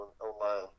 online